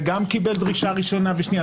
וגם קיבל דרישה ראשונה ושנייה,